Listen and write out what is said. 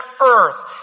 earth